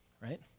right